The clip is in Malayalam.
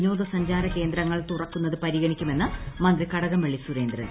വിനോദസഞ്ചാര കേന്ദ്രങ്ങൾ തുറക്കുന്നത് പരിഗണിക്കുമെന്ന് മന്ത്രി കടകംപള്ളി സ്പൂര്യേന്ദ്ൻ